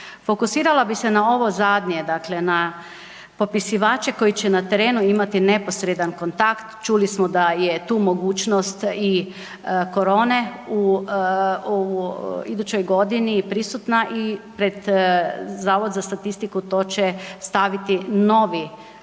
Fokusirala bi se na ovo zadnje, dakle na popisivače koji se na terenu imati neposredan kontakt, čuli smo da je tu mogućnost i korone u idućoj godina prisutna i pred Zavod za statistiku to će staviti novi